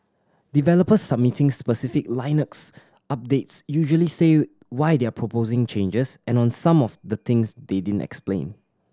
developers submitting specific Linux updates usually say why they're proposing changes and on some of the things they didn't explain